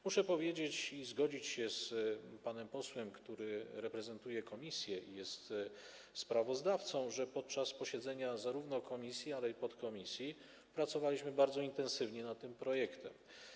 Muszę powiedzieć - i zgodzić się z panem posłem, który reprezentuje komisję i jest sprawozdawcą - że podczas posiedzenia zarówno komisji, jak i podkomisji pracowaliśmy bardzo intensywnie nad tym projektem.